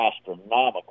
astronomical